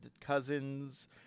cousins